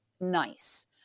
nice